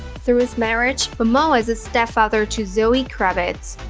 through his marriage, momoa is the stepfather to zoe kravitz.